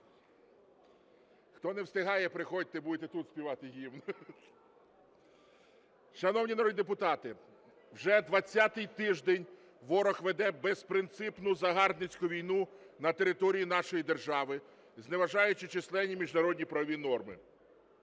Хто не встигає, приходьте, будете тут співати гімн. Шановні народні депутати, вже 20-й тиждень ворог веде безпринципну загарбницьку війну на території нашої держави, зневажаючи численні міжнародні правові норми.